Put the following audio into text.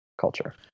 culture